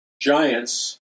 giants